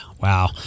wow